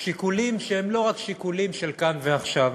שיקולים שהם לא רק שיקולים של כאן ועכשיו.